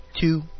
two